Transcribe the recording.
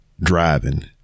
driving